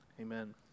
amen